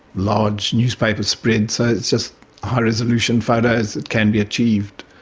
large newspaper spreads, so it's just high resolution photos that can be achieved,